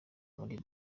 muri